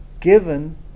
given